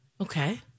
Okay